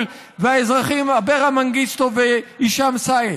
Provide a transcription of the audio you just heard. והאזרחים אברה מנגיסטו והישאם א-סייד: